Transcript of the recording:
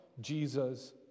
Jesus